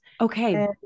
Okay